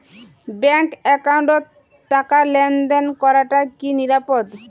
Bank একাউন্টত টাকা লেনদেন করাটা কি নিরাপদ?